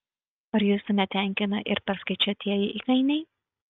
ar jūsų netenkina ir perskaičiuotieji įkainiai